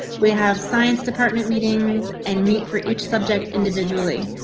we have science department meetings and meet for each subject individually.